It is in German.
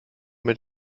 mit